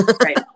Right